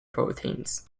proteins